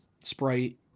Sprite